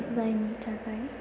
जायनि थाखाय